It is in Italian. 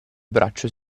braccio